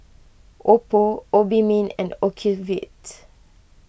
Oppo Obimin and Ocuvite